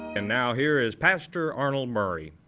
and now here is pastor arnold murray.